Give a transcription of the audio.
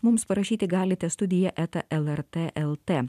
mums parašyti galite studija eta lrt lt